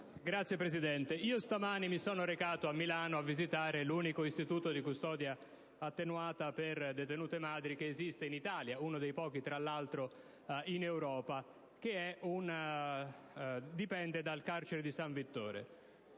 Signor Presidente, stamane mi sono recato a Milano a visitare l'unico istituto di custodia attenuata per detenute madri esistente in Italia (tra l'altro, uno dei pochi in Europa), che dipende dal carcere di San Vittore.